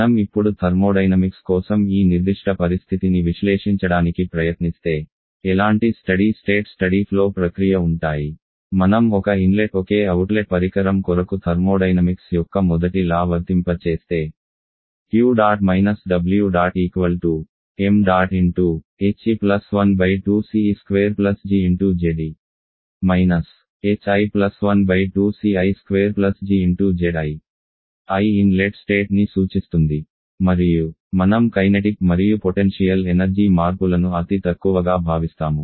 మనం ఇప్పుడు థర్మోడైనమిక్స్ కోసం ఈ నిర్దిష్ట పరిస్థితిని విశ్లేషించడానికి ప్రయత్నిస్తే ఎలాంటి స్టడీ స్టేట్ స్టడీ ఫ్లో ప్రక్రియ ఉంటాయిమనం ఒక ఇన్లెట్ ఒకే అవుట్లెట్ పరికరం కొరకు థర్మోడైనమిక్స్ యొక్క మొదటి లా వర్తింప చేస్తే Q̇ − Ẇ ṁhe12Ce2 gze hi12Ci2 gzi i inlet state ని సూచిస్తుంది మరియు మనం కైనెటిక్ మరియు పొటెన్షియల్ ఎనర్జీ మార్పులను అతి తక్కువగా భావిస్తాము